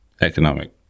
economic